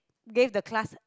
gave the class